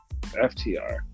FTR